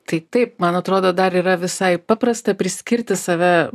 tai taip man atrodo dar yra visai paprasta priskirti save